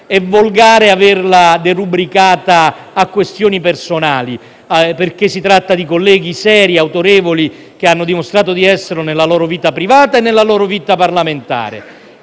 è volgare aver derubricato a questioni personali, perché riguarda colleghi seri e autorevoli, che hanno dimostrato di esserlo nella loro vita privata e in quella parlamentare.